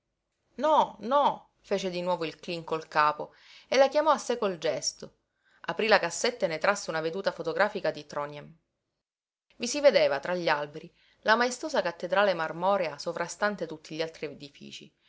no no fece di nuovo il cleen col capo e la chiamò a sé col gesto aprí la cassetta e ne trasse una veduta fotografica di rondhjem i si vedeva tra gli alberi la maestosa cattedrale marmorea sovrastante tutti gli altri edifici